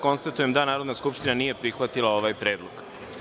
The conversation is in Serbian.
Konstatujem da Narodna skupština nije prihvatila ovaj predlog.